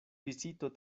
pisito